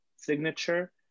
signature